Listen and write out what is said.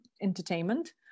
entertainment